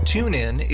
TuneIn